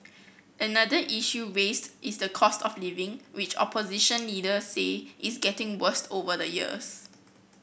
another issue raised is the cost of living which opposition leaders say is getting worse over the years